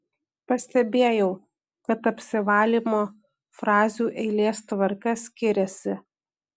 pastebėjau kad apsivalymo frazių eilės tvarka skiriasi